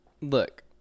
Look